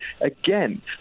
again